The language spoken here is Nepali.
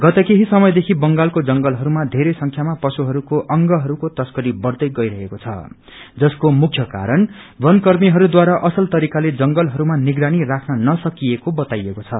गत केही समयदेखि बंगालको जंगलहरूमा वेरै संख्यामा प्युहरूको अगहरूको तस्करी बढ़दै गइरहेको छ जसको मुख्य कारण वनकर्मीहरूद्वारा असल तरीकाले जंवलहरूमा निगरानी राख्न नसकिएको बताइएको छ